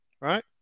right